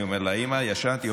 אני אומר לה: אימא, ישנתי.